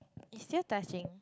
is still touching